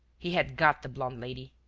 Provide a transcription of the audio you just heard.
he had got the blonde lady.